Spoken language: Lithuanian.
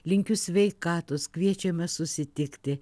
linkiu sveikatos kviečiame susitikti